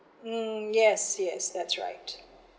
um yes yes that's right